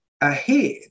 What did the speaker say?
ahead